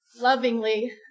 Lovingly